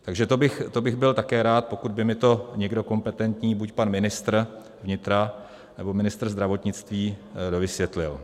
Takže to bych byl také rád, pokud by mi to někdo kompetentní, buď pan ministr vnitra, nebo ministr zdravotnictví, dovysvětlil.